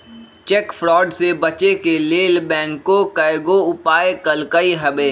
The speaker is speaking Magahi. चेक फ्रॉड से बचे के लेल बैंकों कयगो उपाय कलकइ हबे